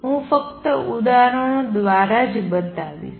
હું ફક્ત ઉદાહરણો દ્વારા જ બતાવીશ